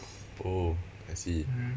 oh I see